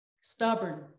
Stubborn